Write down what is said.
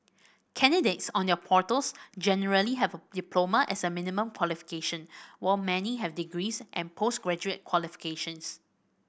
candidates on their portals generally have a diploma as a minimum qualification while many have degrees and post graduate qualifications